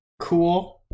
Cool